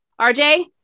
RJ